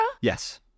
Yes